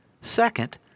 Second